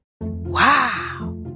Wow